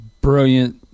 brilliant